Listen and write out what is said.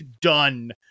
done